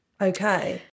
okay